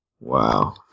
wow